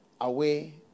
away